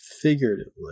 figuratively